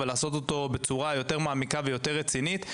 ולעשות אותו בצורה יותר מעמיקה ויותר רצינית.